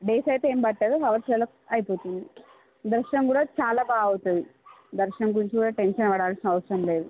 days అయితే ఏమి పట్టదు హావర్స్లలో అయిపోతుంది దర్శనం కూడా చాలా బాగా అవుతుంది దర్శనం గురించి కూడా టెన్షన్ పడాల్సిన అవసరం లేదు